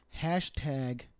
hashtag